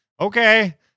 Okay